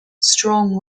strong